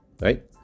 right